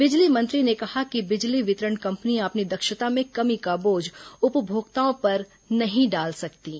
बिजली मंत्री ने कहा कि बिजली वितरण कम्पनियां अपनी दक्षता में कमी का बोझ उपभोक्ताओं पर नहीं डाल सकतीं